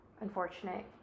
unfortunate